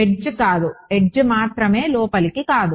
edge కాదు edge మాత్రమే లోపలికి కాదు